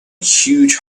huge